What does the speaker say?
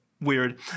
Weird